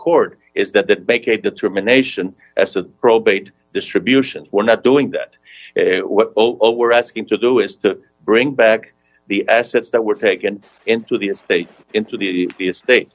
court is that the make a determination as to probate distribution we're not doing that over asking to do is to bring back the assets that were taken into the estate into the